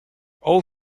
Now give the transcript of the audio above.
all